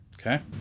Okay